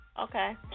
Okay